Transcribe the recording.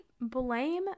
Blame